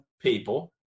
people